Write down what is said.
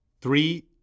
three